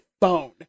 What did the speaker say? phone